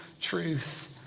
truth